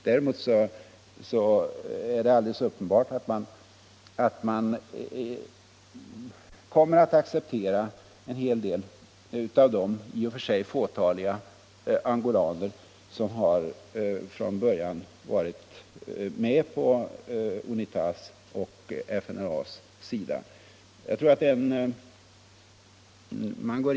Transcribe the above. Däremot är det alldeles uppenbart att rnan kommer att acceptera en del av de i och för sig fåtaliga angolaner som från början har varit med på UNITA:s och FNLA:s sida.